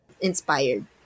inspired